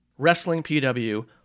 WrestlingPW